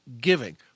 giving